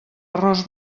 arròs